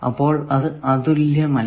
അപ്പോൾ അത് അതുല്യമല്ല